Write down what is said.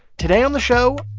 today on the show,